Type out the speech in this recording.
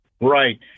Right